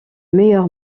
meilleur